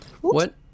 What-